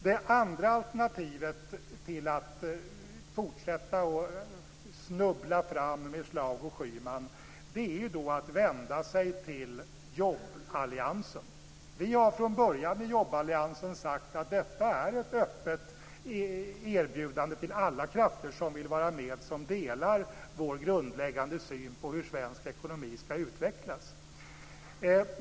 Det andra alternativet till att fortsätta att snubbla sig fram med Schlaug och Schyman är att vända sig till jobballiansen. Vi har i jobballiansen från början sagt att detta är ett öppet erbjudande till alla krafter som vill vara med och som delar vår grundläggande syn på hur svensk ekonomi skall utvecklas.